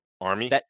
Army